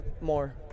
more